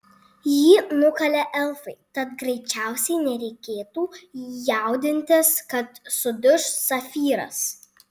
jį nukalė elfai tad greičiausiai nereikėtų jaudintis kad suduš safyras